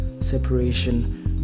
separation